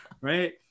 right